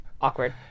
awkward